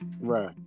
Right